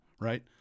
right